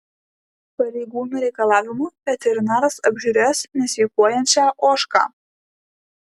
pareigūnų reikalavimu veterinaras apžiūrės nesveikuojančią ožką